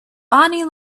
bonnie